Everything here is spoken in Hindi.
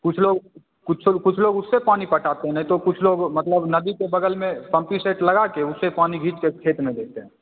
कुछ लोग कुछोग कुछ लोग उससे पानी पटाते हैं नहीं तो कुछ लोग मतलब नदी के बगल में पंपी सेट लगा कर उससे पानी खींच कर खेत में देते हैं